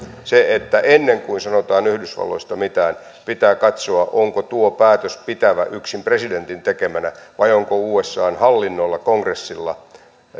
ennen kuin sanotaan yhdysvalloista mitään pitää katsoa onko tuo päätös pitävä yksin presidentin tekemänä vai onko usan hallinnolla kongressilla